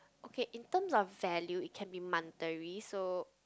okay in terms of value it can be monetary so